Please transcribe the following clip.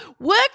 work